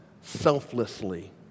selflessly